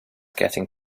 getting